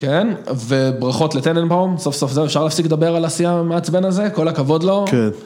כן וברכות לטננבאום סוף סוף זהו אפשר להפסיק לדבר על השיא מעצבן הזה כל הכבוד לו.